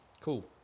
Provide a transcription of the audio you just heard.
Cool